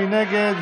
מי נגד?